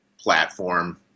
platform